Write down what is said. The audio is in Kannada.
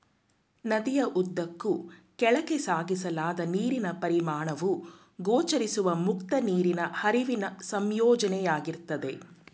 ನದಿಯ ಉದ್ದಕ್ಕೂ ಕೆಳಕ್ಕೆ ಸಾಗಿಸಲಾದ ನೀರಿನ ಪರಿಮಾಣವು ಗೋಚರಿಸುವ ಮುಕ್ತ ನೀರಿನ ಹರಿವಿನ ಸಂಯೋಜನೆಯಾಗಿರ್ತದೆ